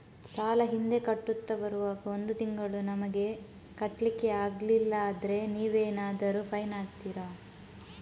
ಸಾಲ ಹಿಂದೆ ಕಟ್ಟುತ್ತಾ ಬರುವಾಗ ಒಂದು ತಿಂಗಳು ನಮಗೆ ಕಟ್ಲಿಕ್ಕೆ ಅಗ್ಲಿಲ್ಲಾದ್ರೆ ನೀವೇನಾದರೂ ಫೈನ್ ಹಾಕ್ತೀರಾ?